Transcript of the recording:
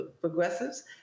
progressives